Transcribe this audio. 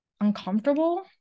uncomfortable